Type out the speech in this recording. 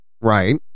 right